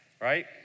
right